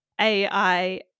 AI